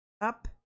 up